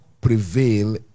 prevail